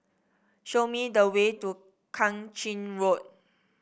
show me the way to Kang Ching Road